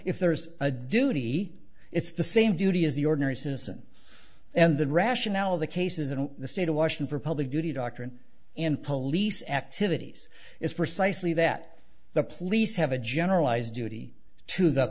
if there's a duty it's the same duty as the ordinary citizen and the rationale of the cases and the state of washington for public duty doctrine in police activities is precisely that the police have a generalized duty to the